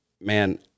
man